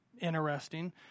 interesting